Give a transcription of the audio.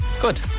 Good